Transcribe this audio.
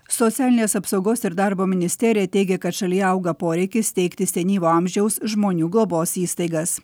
socialinės apsaugos ir darbo ministerija teigia kad šalyje auga poreikis steigti senyvo amžiaus žmonių globos įstaigas